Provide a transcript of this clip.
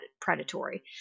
predatory